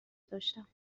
داشتم